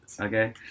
Okay